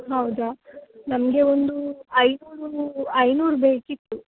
ಹೌದಾ ನಮಗೆ ಒಂದು ಐನೂರು ಐನೂರು ಬೇಕಿತ್ತು